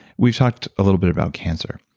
we've talked a little bit about cancer.